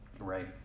Right